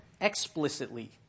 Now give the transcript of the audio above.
explicitly